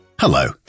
Hello